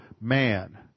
man